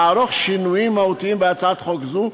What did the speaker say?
לערוך שינויים מהותיים בהצעת חוק זו,